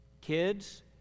kids